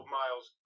miles